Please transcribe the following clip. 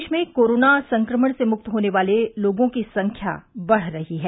प्रदेश में कोरोना संक्रमण से मुक्त होने वाले लोगों की संख्या बढ़ रही है